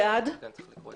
צריך לקרוא את זה.